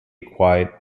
quiet